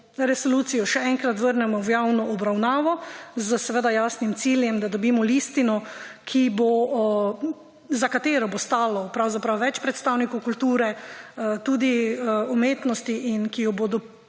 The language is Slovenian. resolucijo še enkrat vrnemo v javno obravnavo, seveda z jasnim ciljem, da dobimo listino, za katero bo stalo pravzaprav več predstavnikov kulture, tudi umetnosti, in ki jo bodo